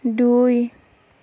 দুই